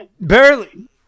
Barely